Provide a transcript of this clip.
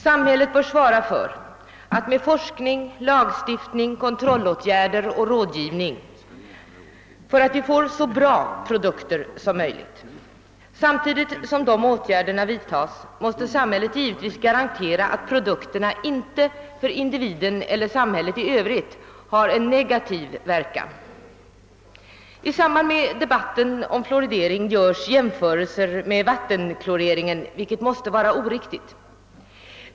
Samhället bör — med lagstiftning, forskning, kontrollåtgärder och rådgivning — svara för att vi får så bra produkter som möjligt. Samtidigt som dessa åtgärder vidtas måste samhället givetvis garantera att produkterna inte för individen eller samhället i övrigt har någon negativ verkan. I debatten om fluoridering görs jämförelser med vattenkloreringen, vilket måste vara oriktigt.